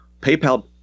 PayPal